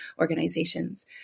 organizations